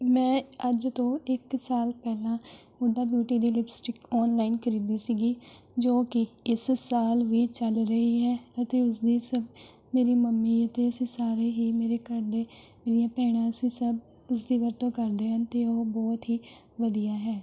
ਮੈਂ ਅੱਜ ਤੋਂ ਇੱਕ ਸਾਲ ਪਹਿਲਾਂ ਹੁੱਡਾ ਬਿਊਟੀ ਦੀ ਲਿਪਸਟਿਕ ਔਨਲਾਈਨ ਖਰੀਦੀ ਸੀਗੀ ਜੋ ਕਿ ਇਸ ਸਾਲ ਵੀ ਚੱਲ ਰਹੀ ਹੈ ਅਤੇ ਉਸਦੀ ਸਭ ਮੇਰੀ ਮੰਮੀ ਅਤੇ ਅਸੀਂ ਸਾਰੇ ਹੀ ਮੇਰੇ ਘਰ ਦੇ ਮੇਰੀਆਂ ਭੈਣਾਂ ਅਸੀਂ ਸਭ ਉਸਦੀ ਵਰਤੋਂ ਕਰਦੇ ਹਨ ਅਤੇ ਉਹ ਬਹੁਤ ਹੀ ਵਧੀਆ ਹੈ